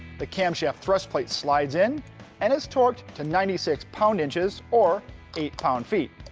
the cam shaft thrust plate slides in and is torqued to ninety six pound inches, or eight pound feet.